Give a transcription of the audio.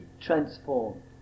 transformed